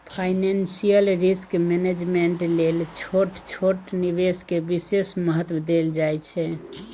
financial risk management लेल छोट छोट निवेश के विशेष महत्व देल जाइ छइ